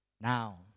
Now